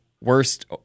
worst